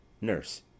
nurse